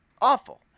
awful